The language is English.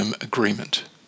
Agreement